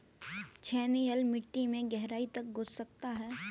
छेनी हल मिट्टी में गहराई तक घुस सकता है